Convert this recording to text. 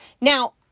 Now